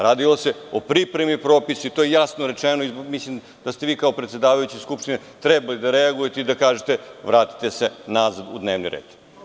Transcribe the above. Radilo se o pripremi propisa i to je jasno rečeno i mislim da ste vi, kao predsedavajući Skupštine, trebali da reagujete i da kažete – vratite se nazad na dnevni red.